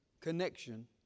connection